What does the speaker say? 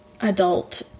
adult